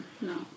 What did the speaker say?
No